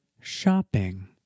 shopping